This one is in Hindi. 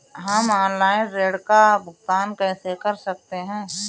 हम ऑनलाइन ऋण का भुगतान कैसे कर सकते हैं?